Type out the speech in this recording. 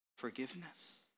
Forgiveness